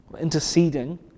interceding